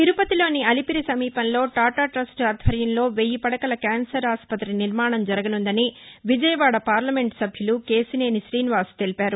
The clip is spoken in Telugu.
తిరుపతిలోని అలిపిరి సమీపంలో టాటా టస్ట్ ఆధ్వర్యంలో వెయ్యి పడకల క్యాన్సర్ ఆస్పతి నిర్మాణం జరగనుందని విజయవాడ పార్లమెంటు సభ్యులు కేశినేని శ్రీనివాస్ తెలిపారు